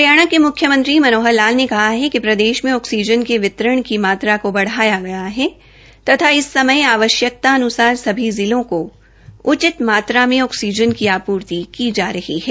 हरियाणा के मुख्यमंत्री मनोहर लाल ने कहा है कि प्रदेश में ऑक्सीजन के वितरण की मात्रा को बढ़ाया गया है तथा इस समय आवश्यकतान्सार सभी जिलों को उचित मात्रा में ऑक्सीजन की आपूर्ति की जा रही है